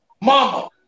Mama